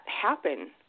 happen